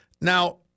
Now